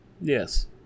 Yes